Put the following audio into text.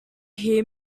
hear